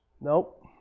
Nope